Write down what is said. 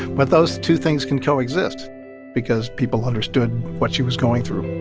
but those two things can coexist because people understood what she was going through